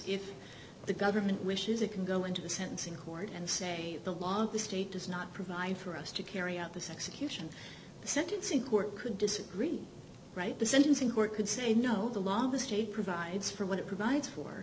if the government wishes it can go into the sentencing court and say the law of the state does not provide for us to carry out this execution sentencing court could disagree right the sentencing court could say no the law the state provides for what it provides for